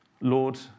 Lord